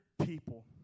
people